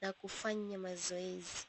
na kufanya mazoezi.